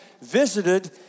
visited